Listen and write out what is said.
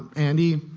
andy,